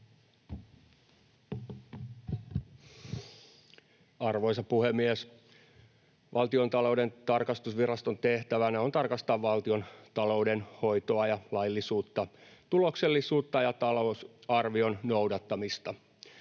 Arvoisa puhemies! Valtiontalouden tarkastusviraston tehtävänä on tarkastaa valtion taloudenhoitoa ja laillisuutta, tuloksellisuutta ja talousarvion noudattamista.